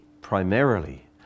primarily